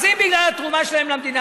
אז אם בגלל התרומה שלהם למדינה,